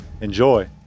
Enjoy